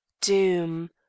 Doom